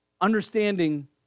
understanding